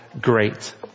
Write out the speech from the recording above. great